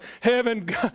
heaven